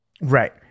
right